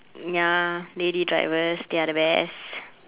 ya lady drivers they are the best